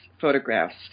photographs